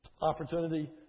opportunity